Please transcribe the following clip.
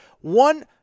One